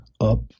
up